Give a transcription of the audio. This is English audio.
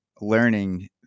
learning